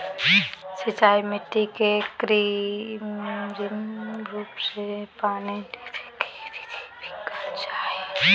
सिंचाई मिट्टी के कृत्रिम रूप से पानी देवय के विधि के कहल जा हई